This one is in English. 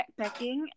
backpacking